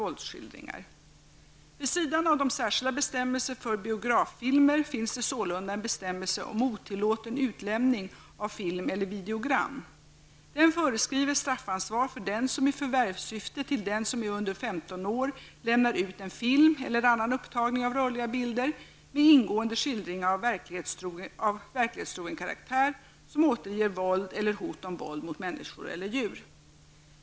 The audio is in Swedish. Vid sidan av de särskilda bestämmelserna för biograffilmer finns det sålunda en bestämmelse om otillåten utlämning av film eller videogram. Den föreskriver straffansvar för den som i förvärvssyfte till den som är under femton år lämnar ut en film eller annan upptagning av rörliga bilder med ingående skildringar av verklighetstrogen karaktär som återger våld eller hot om våld mot människor eller djur.